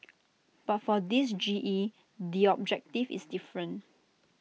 but for this G E the objective is different